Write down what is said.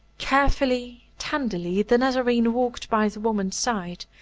carefully, tenderly, the nazarene walked by the woman's side,